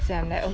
okay